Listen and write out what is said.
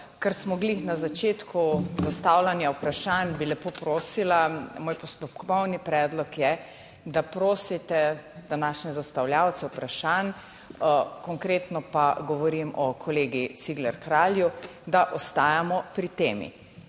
Ker smo glih na začetku zastavljanja vprašanj, bi lepo prosila, moj postopkovni predlog je, da prosite današnje zastavljavce vprašanj, konkretno pa govorim o kolegi Cigler Kralju, da ostajamo pri temi.